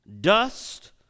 Dust